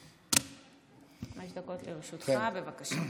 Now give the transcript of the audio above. חמש דקות לרשותך, בבקשה.